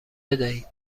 بدهید